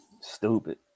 Stupid